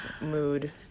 mood